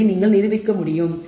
இதை நீங்கள் நிரூபிக்க முடியும்